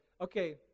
Okay